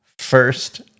First